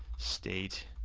state,